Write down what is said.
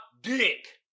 dick